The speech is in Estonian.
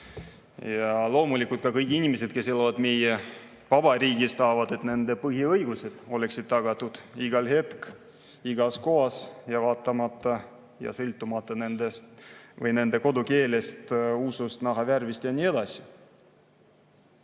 Loomulikult ka kõik inimesed, kes elavad meie vabariigis, tahavad, et nende põhiõigused oleksid tagatud iga hetk, igas kohas ja sõltumata nende kodukeelest, usust, nahavärvist ja nii edasi.